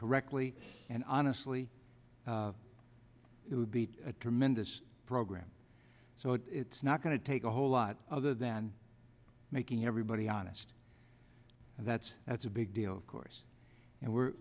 correctly and honestly it would be a tremendous program so it's not going to take a whole lot other than making everybody honest and that's that's a big deal of course and we're